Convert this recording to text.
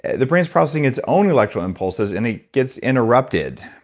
the brain is processing its own electrical impulses and it gets interrupted.